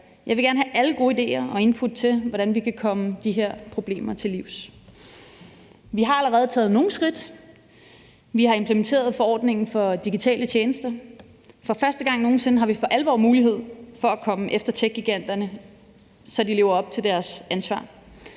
Jeg vil gerne have alle gode idéer og input til, hvordan vi kan komme de her problemer til livs. Vi har allerede taget nogle skridt. Vi har implementeret forordningen for digitale tjenester. For første gang nogen sinde har vi for alvor mulighed for at komme efter techgiganterne, så de lever op til deres ansvar.